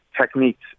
techniques